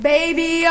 Baby